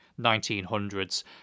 1900s